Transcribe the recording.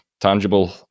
tangible